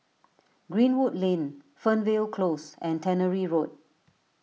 Greenwood Lane Fernvale Close and Tannery Road